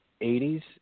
80s